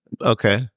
Okay